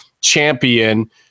champion